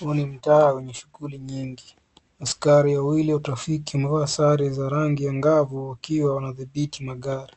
Huu ni mtaa wenye shughli nyingi. Askari wawili wa trafiki wamevaa sare za rangi angavu wakiwa wanadhibiti magari.